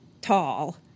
tall